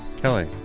Kelly